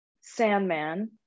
Sandman